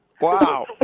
Wow